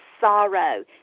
sorrow